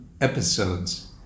episodes